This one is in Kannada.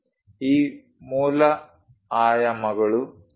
ಈ ಮೂಲ ಆಯಾಮಗಳು 2